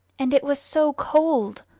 and it was so cold!